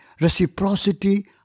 reciprocity